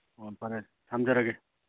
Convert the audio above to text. ꯍꯣꯏ ꯐꯔꯦ ꯊꯝꯖꯔꯒꯦ